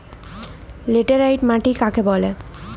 Laterite মাটি কাকে বলে?